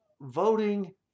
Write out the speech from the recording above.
voting